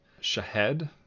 Shahed